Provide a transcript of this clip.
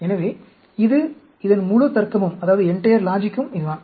எனவே இது இதன் முழு தர்க்கமும் இதுதான்